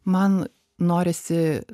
man norisi